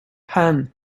han